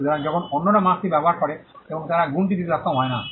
সুতরাং যখন অন্যরা মার্কটি ব্যবহার করে এবং তারা গুণটি দিতে সক্ষম হয় না